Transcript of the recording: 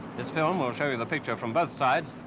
this film will show you the picture from both sides,